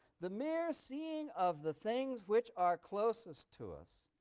the mere seeing of the things which are closest to us